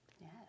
Yes